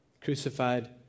crucified